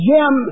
Jim